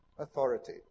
Authority